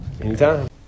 anytime